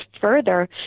further